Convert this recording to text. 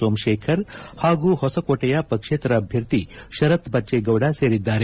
ಸೋಮಶೇಖರ್ ಹಾಗೂ ಹೊಸಕೋಟೆಯ ಪಕ್ಷೇತರ ಅಭ್ವರ್ಧಿ ಶರತ್ ಬಟ್ಟೇಗೌಡ ಸೇರಿದ್ದಾರೆ